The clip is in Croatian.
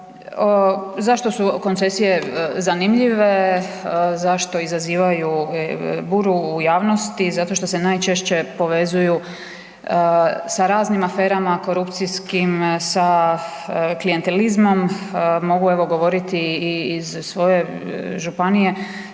Zašto su koncesije zanimljive, zašto izazivaju butu u javnosti, zato što se najčešće povezuju sa raznim aferama korupcijskim, sa klijentelizmom, mogu evo govoriti i iz svoje županije,